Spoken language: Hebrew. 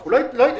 על מי אנחנו מגנים?